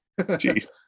Jeez